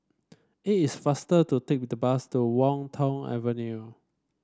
it is faster to take the bus to Wan Tho Avenue